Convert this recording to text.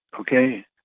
okay